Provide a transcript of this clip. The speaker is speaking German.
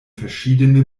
verschiedene